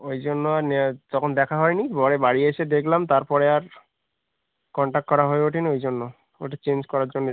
ওই জন্য আর নেয়া তখন দেখা হয় নি পরে বাড়ি এসে দেখলাম তারপরে আর কন্টাক্ট করা হয়ে ওঠে নি ওই জন্য ওটা চেঞ্জ করার জন্যে